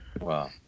Wow